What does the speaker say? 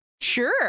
sure